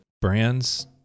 brands